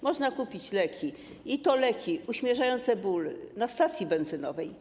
Można kupić leki, i to leki uśmierzające ból, na stacji benzynowej.